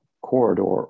corridor